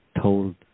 told